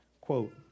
Quote